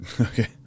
Okay